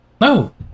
No